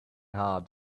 hard